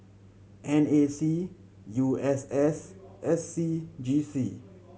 N A C U S S and S C G C